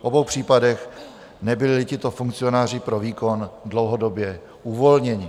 V obou případech nebyli tito funkcionáři pro výkon dlouhodobě uvolněni.